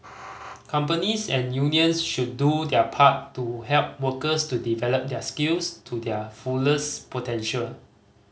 companies and unions should do their part to help workers to develop their skills to their fullest potential